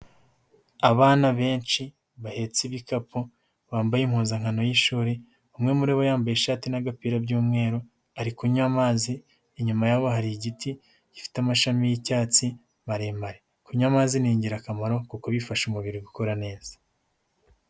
Abana benshi, bahetse ibikapu, bambaye impuzankano y'ishuri, umwe muri bo yambaye ishati n'agapira by'umweru, ari kunywa amazi, inyuma yabo hari igiti, gifite amashami y'icyatsi, maremare, kunywa amazi ni ingirakamaro kuko bifasha umubiri gukora neza.